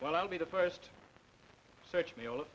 well i'll be the first search me